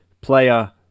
Player